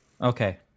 Okay